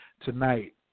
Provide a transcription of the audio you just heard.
tonight